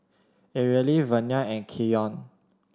Areli Vernia and Keyon